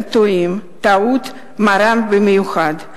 הם טועים טעות מרה במיוחד.